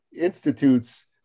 institutes